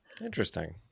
Interesting